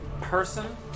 person